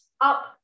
up